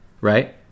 right